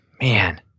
Man